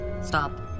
Stop